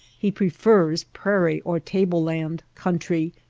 he prefers prairie or table-land country,